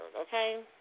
okay